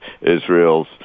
Israel's